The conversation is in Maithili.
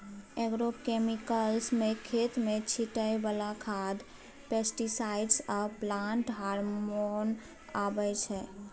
एग्रोकेमिकल्स मे खेत मे छीटय बला खाद, पेस्टीसाइड आ प्लांट हार्मोन अबै छै